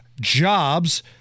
jobs